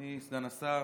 אדוני סגן השר,